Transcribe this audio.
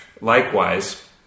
Likewise